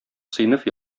сыйныф